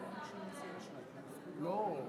סליחה, השר פנה אלי.